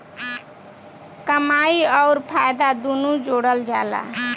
कमाई अउर फायदा दुनू जोड़ल जला